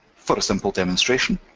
for a simple demonstration,